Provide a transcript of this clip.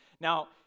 Now